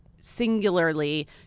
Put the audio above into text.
singularly